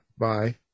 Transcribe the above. bye